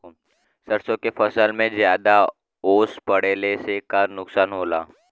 सरसों के फसल मे ज्यादा ओस पड़ले से का नुकसान होला?